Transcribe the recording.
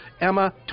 Emma